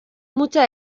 muchas